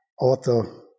author